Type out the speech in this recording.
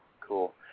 cool